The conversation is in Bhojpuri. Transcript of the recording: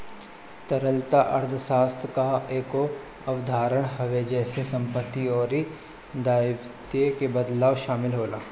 तरलता अर्थशास्त्र कअ एगो अवधारणा हवे जेसे समाप्ति अउरी दायित्व के बदलाव शामिल होला